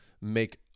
make